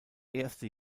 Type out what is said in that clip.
erste